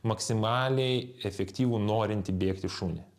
maksimaliai efektyvų norintį bėgti šunį